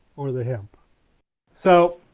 or the hemp so,